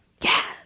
Yes